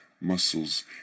muscles